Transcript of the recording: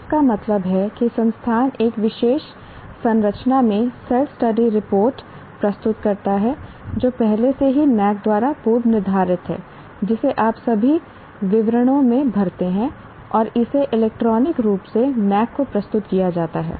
इसका मतलब है कि संस्थान एक विशेष संरचना में सेल्फ स्टडी रिपोर्ट प्रस्तुत करता है जो पहले से ही NAAC द्वारा पूर्व निर्धारित है जिसे आप सभी विवरणों में भरते हैं और इसे इलेक्ट्रॉनिक रूप से NAAC को प्रस्तुत किया जाता है